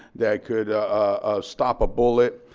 that could ah stop a bullet.